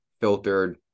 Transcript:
filtered